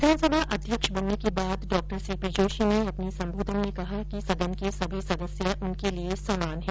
विधानसभा अध्यक्ष बनने के बाद डॉ सीपी जोशी ने अपने संबोधन में कहा कि सदन के सभी सदस्य उनके लिए समान है